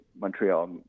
Montreal